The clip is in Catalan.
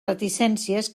reticències